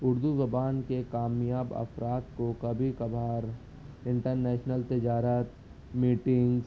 اردو زبان کے کامیاب افراد کو کبھی کبھار انٹر نیشنل تجارت میٹنگس